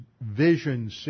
vision